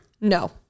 no